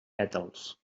pètals